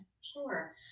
Sure